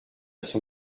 son